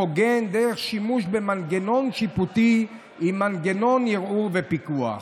הוגן דרך שימוש במנגנון שיפוטי עם מנגנון ערעור ופיקוח".